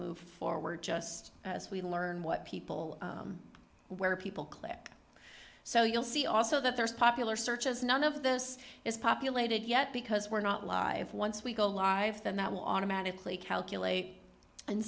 move forward just as we learn what people where people click so you'll see also that there's a popular search as none of this is populated yet because we're not live once we go live then that will automatically calculate and